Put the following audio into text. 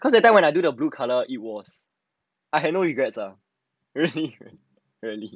because the time when I do the blue colour it was I have no regrets ah really really